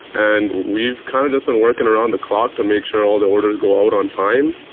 and we've kind of just been working around the clock to make sure all the orders go out on time.